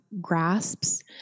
grasps